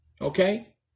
okay